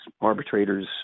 arbitrators